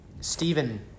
Stephen